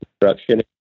construction